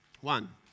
One